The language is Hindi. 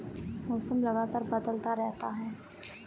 मौसम लगातार बदलता रहता है